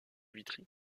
vitry